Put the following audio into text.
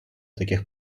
таких